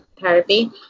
therapy